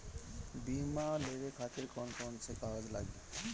बीमा लेवे खातिर कौन कौन से कागज लगी?